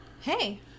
hey